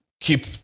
keep